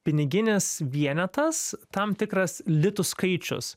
piniginis vienetas tam tikras litų skaičius